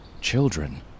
children